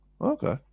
Okay